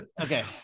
Okay